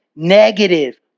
negative